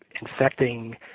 infecting